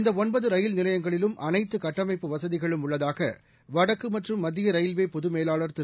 இந்தஒன்பதுரயில் நிலையங்களிலும் அனைத்துகட்டமாப்பு வசதிகளும் உள்ளதாகவடக்குமற்றும் மத்தியரயில்வேபொதுமேலாளர் திரு